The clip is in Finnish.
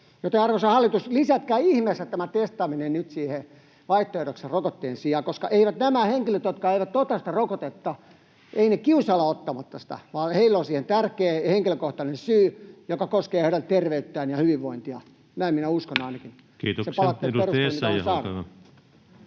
Joten, arvoisa hallitus, lisätkää ihmeessä tämä testaaminen nyt siihen vaihtoehdoksi rokotteen sijaan, koska nämä henkilöt, jotka eivät ota sitä rokotetta, eivät kiusallaan ole ottamatta sitä, vaan heillä on siihen tärkeä henkilökohtainen syy, joka koskee heidän terveyttään ja hyvinvointiaan. Näin minä